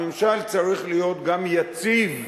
הממשל צריך להיות גם יציב.